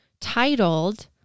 titled